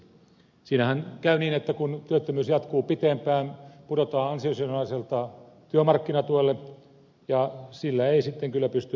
siinähän käy niin että kun työttömyys jatkuu pitempään pudotaan ansiosidonnaiselta työmarkkinatuelle ja sillä ei sitten kyllä pysty elämään